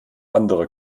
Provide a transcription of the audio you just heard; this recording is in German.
anderer